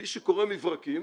מי שקורא מברקים,